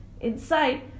inside